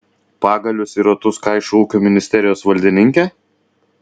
pagalius į ratus kaišo ūkio ministerijos valdininkė